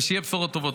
שיהיו בשורות טובות.